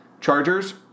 Chargers